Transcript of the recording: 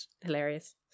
hilarious